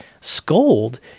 scold